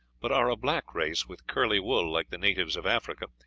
but are a black race with curly wool, like the natives of africa,